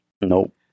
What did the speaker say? nope